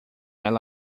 ela